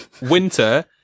Winter